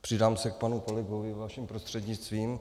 Přidám se k panu kolegovi vaším prostřednictvím.